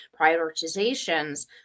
prioritizations